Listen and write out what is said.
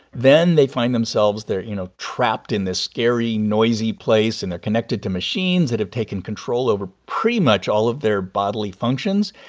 then they find themselves they're, you know, trapped in this scary, noisy place, and they're connected to machines that have taken control over pretty much all of their bodily functions.